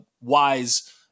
wise